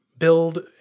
build